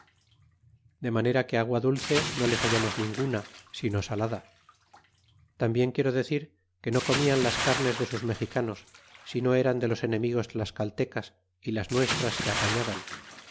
de manera que agua dulce no les hallamos ninguna sino salada tambien quiero decir que no comian las carnes de sus mexicanos sino eran de los enemigos tlascaltecas y las nuestras que apañaban